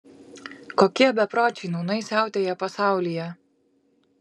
kokie bepročiai nūnai siautėja pasaulyje